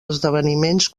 esdeveniments